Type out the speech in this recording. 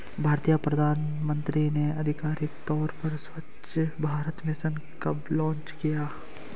भारतीय प्रधानमंत्री ने आधिकारिक तौर पर स्वच्छ भारत मिशन कब लॉन्च किया?